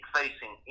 facing